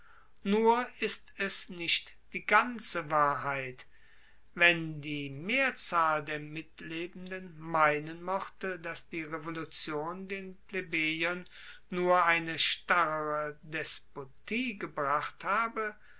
nur ist es nicht die ganze wahrheit wenn die mehrzahl der mitlebenden meinen mochte dass die revolution den plebejern nur eine starrere despotie gebracht habe